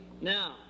Now